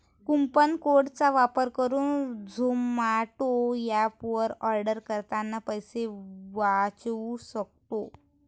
coupon code चा वापर करुन झोमाटो एप वर आर्डर करतांना पैसे वाचउ सक्तो